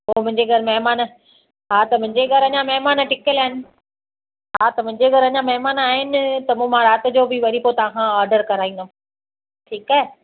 पोइ मुंहिंजे घरु महिमान हा मुंहिजे घरु अञा महिमान टिकियल आहिनि हा त मुंहिंजे घरु अञा महिमान आहिनि त पोइ मां राति जो बि वरी पोइ तव्हांखां आडर कराईंदमि ठीकु आहे